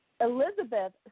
Elizabeth